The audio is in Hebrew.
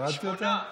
הורדתי אותה?